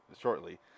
shortly